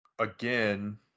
Again